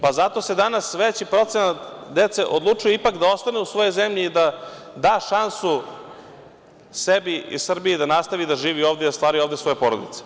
Zato se danas veći procenat dece odlučuje ipak da ostane u svojoj zemlji i da da šansu sebi i Srbiji da nastavi da živi ovde i da stvaraju ovde svoje porodice.